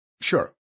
Sure